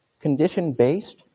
condition-based